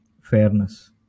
fairness